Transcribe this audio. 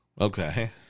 Okay